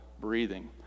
breathing